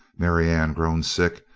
marianne, grown sick,